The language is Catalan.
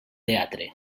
teatre